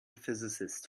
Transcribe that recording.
physicist